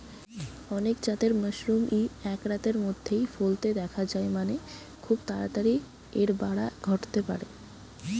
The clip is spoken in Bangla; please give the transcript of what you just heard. অনেক জাতের মাশরুমই এক রাতের মধ্যেই ফলতে দিখা যায় মানে, খুব তাড়াতাড়ি এর বাড়া ঘটতে পারে